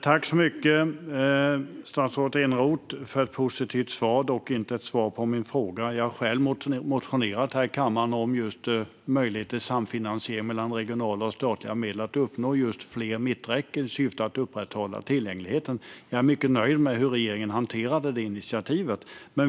Fru talman! Tack, statsrådet Eneroth, för ett positivt svar! Det var dock inte svar på min fråga. Jag har själv motionerat i den här kammaren om möjlighet till samfinansiering med regionala och statliga medel för att uppnå fler mitträcken i syfte att upprätthålla tillgängligheten. Jag är mycket nöjd med hur regeringen hanterade det initiativet.